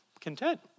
content